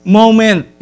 moment